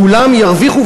כולם ירוויחו,